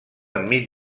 enmig